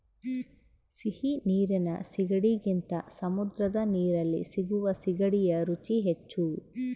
ಸಿಹಿ ನೀರಿನ ಸೀಗಡಿಗಿಂತ ಸಮುದ್ರದ ನೀರಲ್ಲಿ ಸಿಗುವ ಸೀಗಡಿಯ ರುಚಿ ಹೆಚ್ಚು